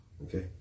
Okay